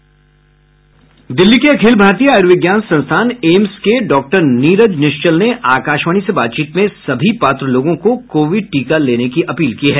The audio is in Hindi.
दिल्ली के अखिल भारतीय आयुर्विज्ञान संस्थान एम्स के डॉक्टर नीरज निश्चल ने आकाशवाणी से बातचीत में सभी पात्र लोगों को कोविड टीका लेने की अपील की है